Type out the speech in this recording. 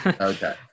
okay